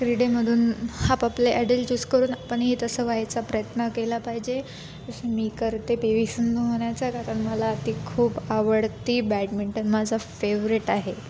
क्रीडेमधून आपापले idol choose करून आपणही तसं व्हायचा प्रयत्न केला पाहिजे जसं मी करते पी वी सिंधू होण्याचा कारण मला ती खूप आवडती बॅडमिंटन माझा फेवरेट आहे